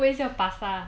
比较便宜